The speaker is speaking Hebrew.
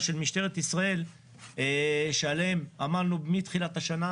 של משטרת ישראל שעליהם עמלנו מתחילת השנה,